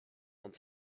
want